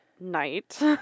night